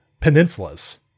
peninsulas